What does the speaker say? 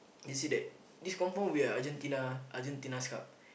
you see that this will be confirm Argentina Argentina's cup